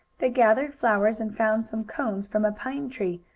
they gathered flowers, and found some cones from a pine tree.